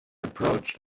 approached